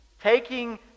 Taking